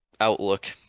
outlook